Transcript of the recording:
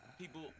people